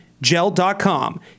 gel.com